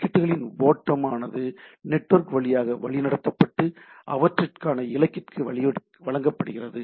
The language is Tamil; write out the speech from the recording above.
பாக்கெட்டுகளின் ஓட்டம் ஆனது நெட்வொர்க் வழியாக வழிநடத்தப்பட்டு அவற்றிற்கான இலக்கிற்கு வழங்கப்படுகிறது